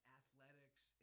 athletics